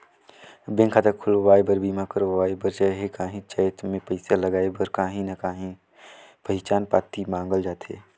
bank खाता खोलवाए बर, बीमा करवाए बर चहे काहींच जाएत में पइसा लगाए बर काहीं ना काहीं पहिचान पाती मांगल जाथे